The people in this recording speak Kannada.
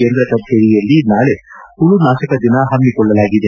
ಕೇಂದ್ರ ಕಚೇರಿಯಲ್ಲಿ ನಾಳೆ ಹುಳುನಾಶಕ ದಿನ ಹಮ್ಹಿಕೊಳ್ಳಲಾಗಿದೆ